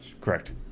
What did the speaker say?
Correct